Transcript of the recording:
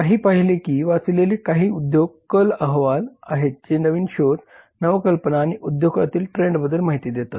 काही पहिले किंवा वाचलेले काही उद्योग कल अहवाल आहेत जे नवीन शोध नवकल्पना आणि उद्योगातील ट्रेंडबद्दल माहिती देतात